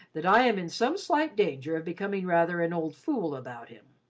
that i am in some slight danger of becoming rather an old fool about him.